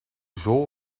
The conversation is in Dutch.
zool